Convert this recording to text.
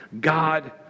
God